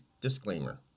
disclaimer